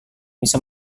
bisa